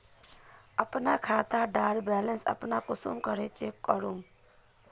अपना खाता डार बैलेंस अपने कुंसम करे चेक करूम?